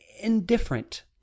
indifferent